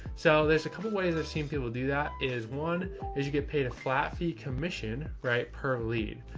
so there's a couple of ways i've seen people do that is one is you get paid a flat fee commission, right? per lead.